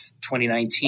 2019